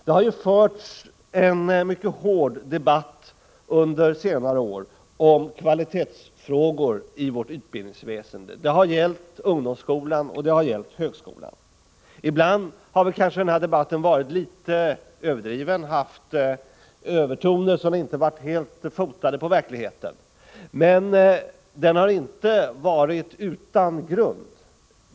Det har förts en mycket hård debatt under senare år om kvalitetsfrågor i vårt utbildningsväsende. Det har gällt ungdomsskolan och högskolan. Ibland har kanske debatten varit litet överdriven, med övertoner som inte riktigt haft sitt ursprung i verkligheten. Men den har inte varit utan grund.